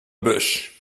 bus